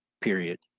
period